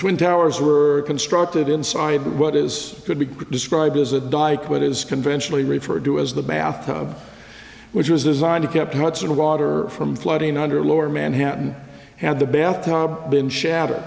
twin towers were constructed inside what is could be described as a dyke what is conventionally referred to as the bath tub which was designed to keep hudson water from flooding under lower manhattan had the bath tub been shattered